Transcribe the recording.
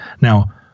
now